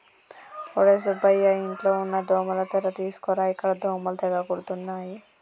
ఒర్రే సుబ్బయ్య ఇంట్లో ఉన్న దోమల తెర తీసుకురా ఇక్కడ దోమలు తెగ కుడుతున్నాయి